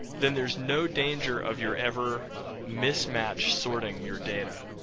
then there's no danger of your ever mismatch sorting your data.